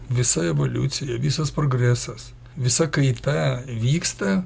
visa evoliucija visas progresas visa kaita vyksta